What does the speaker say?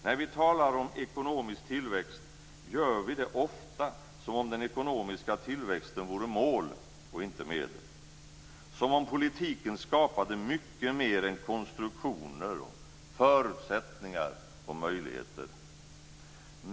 När vi talar om ekonomisk tillväxt gör vi det ofta som om den ekonomiska tillväxten vore mål och inte medel, som om politiken skapade mycket mer än konstruktioner, förutsättningar och möjligheter.